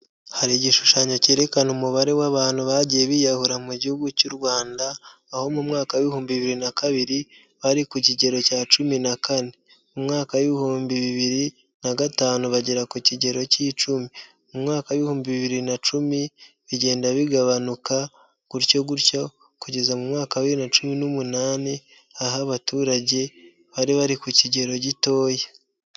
Hari igishushanyo cyerekana umubare w'abantu bagiye biyahura mu gihugu cy'u Rwanda, aho mu mwaka w'ibihumbi bibiri na kabiri bari ku kigero cya cumi na kane, mu mwaka w'ibihumbi bibiri na gatanu bagera ku kigero cy'icumi, mu mwaka w'ibihumbi bibiri na cumi bigenda bigabanuka gutyo gutyo kugeza mu mwaka wa bibiri na cumi n'umunani aho abaturage bari bari ku kigero gitoya.